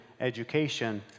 education